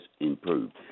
improved